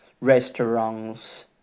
restaurant's